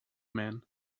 man